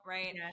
Right